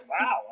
wow